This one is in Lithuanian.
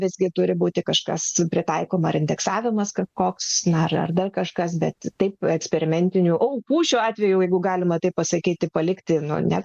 jaunuoliam visgi turi būti kažkas pritaikoma ar indeksavimas kaip koks ar ar dar kažkas bet taip eksperimentinių aukų šiuo atveju jeigu galima taip pasakyti palikti ne